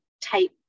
type